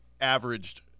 averaged